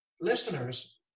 listeners